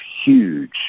huge